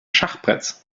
schachbretts